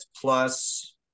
plus